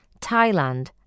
Thailand